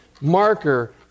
marker